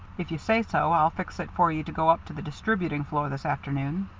if you say so, i'll fix it for you to go up to the distributing floor this afternoon.